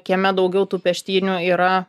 kieme daugiau tų peštynių yra